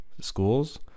schools